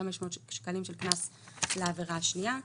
ו-3,500 שקלים קנס לעבירה השנייה.